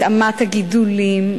התאמת הגידולים.